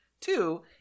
Two